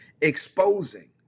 Exposing